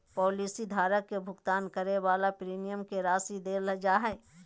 policy धारक के भुगतान करे वाला प्रीमियम के राशि देल जा हइ